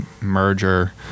merger